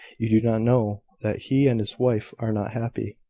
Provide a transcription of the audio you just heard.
you do not know that he and his wife are not happy.